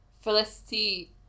Felicity